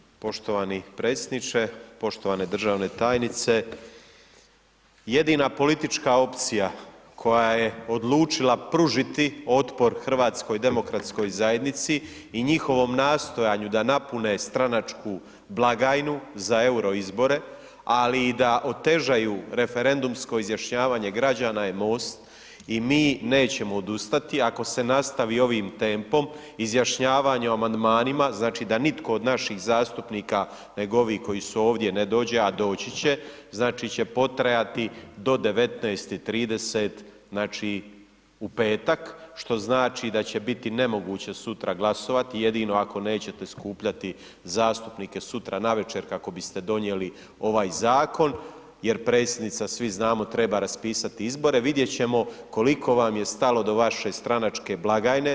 Hvala poštovani predsjedniče, poštovane državne tajnice, jedina politička opcija koja je odlučila pružiti otpor HDZ-u i njihovom nastojanju da napune stranačku blagajnu za euro izbore, ali i da otežaju referendumsko izjašnjavanje građana je MOST i mi nećemo odustati, ako se nastavi ovim tempom izjašnjavanje o amandmanima, znači da nitko od naših zastupnika nego ovi koji su ovdje ne dođe, a doći će znači će potrajati do 19,30 znači u petak, što znači da će biti nemoguće sutra glasovati, jedino ako nećete skupljati zastupnike sutra navečer kako biste donijeli ovaj zakon, jer predsjednica svi znamo treba raspisati izbore, vidjet ćemo koliko vam je stalo do vaše stranačke blagajne.